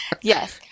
Yes